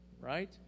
Right